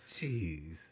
Jeez